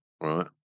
right